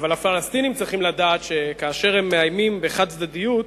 אבל הפלסטינים צריכים לדעת שכאשר הם מאיימים בחד-צדדיות,